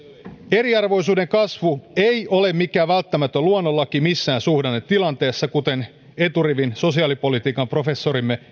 eriarvoisuuden kasvu ei ole mikään välttämätön luonnonlaki missään suhdannetilanteessa kuten eturivin sosiaalipolitiikan professorimme